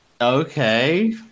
okay